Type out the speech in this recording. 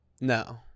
No